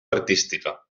artística